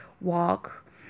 walk